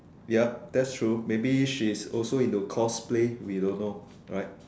ya that's true maybe she's also into cosplay we don't know right